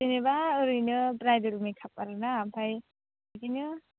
जेनेबा ओरैनो bridal makeup आरो ना ओमफ्राय बिदिनो